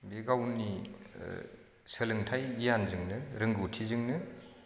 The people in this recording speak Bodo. बे गावनि सोलोंथाय गियानजोंनो रोंगौथिजोंनो